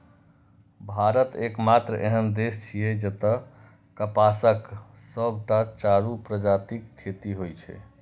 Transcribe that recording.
भारत एकमात्र एहन देश छियै, जतय कपासक सबटा चारू प्रजातिक खेती होइ छै